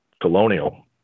colonial